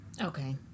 Okay